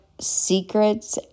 secrets